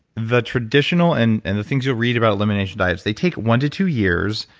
the traditional and and the things you read about elimination diet is they take one to two years.